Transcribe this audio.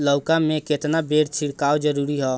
लउका में केतना बेर छिड़काव जरूरी ह?